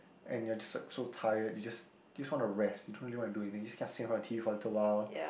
and you're just like so tired you just just want to rest you don't really want to do anything you just keep on sitting in front of the t_v for a little while